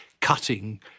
cutting